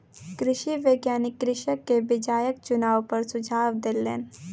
कृषि वैज्ञानिक कृषक के बीयाक चुनाव पर सुझाव देलैन